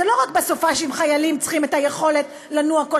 לא רק בסופ"שים חיילים צריכים את היכולת לנוע כל